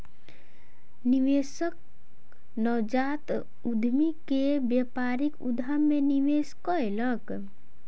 निवेशक नवजात उद्यमी के व्यापारिक उद्यम मे निवेश कयलक